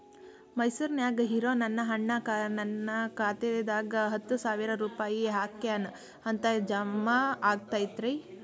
ಮೈಸೂರ್ ನ್ಯಾಗ್ ಇರೋ ನನ್ನ ಅಣ್ಣ ನನ್ನ ಖಾತೆದಾಗ್ ಹತ್ತು ಸಾವಿರ ರೂಪಾಯಿ ಹಾಕ್ಯಾನ್ ಅಂತ, ಜಮಾ ಆಗೈತೇನ್ರೇ?